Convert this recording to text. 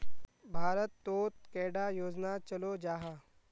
भारत तोत कैडा योजना चलो जाहा?